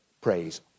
praise